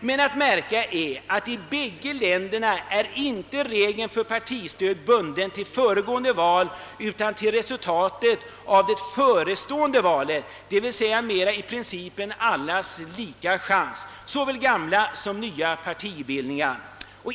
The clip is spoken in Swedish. Men att märka är att i bägge länderna är regeln för partistöd inte bunden till föregående val utan till resultatet av det förestående valet, d.v.s. mera enligt principen »allas lika chans» för såväl gamla som nya partibildningar.